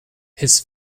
his